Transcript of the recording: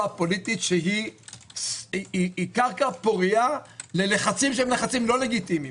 הפוליטית שהיא קרקע פוריה ללחצים לא לגיטימיים.